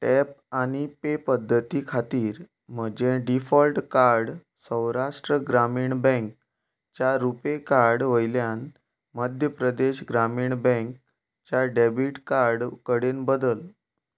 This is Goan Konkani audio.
टॅप आनी पे पद्दती खातीर म्हजें डिफॉल्ट कार्ड सौराष्ट्र ग्रामीण बँकच्या रुपे कार्डा वयल्यान मध्य प्रदेश ग्रामीण बँकच्या डॅबिट कार्ड कडेन बदल